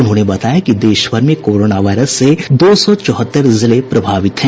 उन्होंने बताया कि देश भर में कोरोना वायरस से दो सौ चौहत्तर जिले प्रभावित हैं